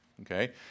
Okay